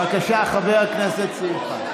בבקשה, חבר הכנסת שמחה.